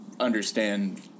Understand